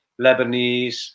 Lebanese